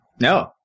no